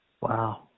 Wow